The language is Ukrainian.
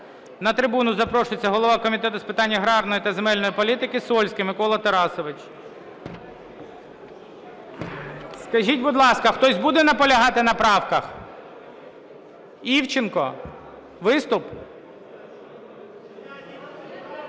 На трибуну запрошується голова Комітету з питань аграрної та земельної політики Сольський Микола Тарасович. Скажіть, будь ласка, хтось буде наполягати на правках? Івченко? Виступ?